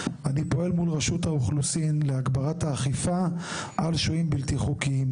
אני פועל מול רשות האוכלוסין להגברת האכיפה על שוהים בלתי חוקיים.